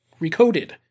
Recoded